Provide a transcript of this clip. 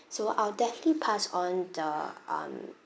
so I'll definitely pass on the um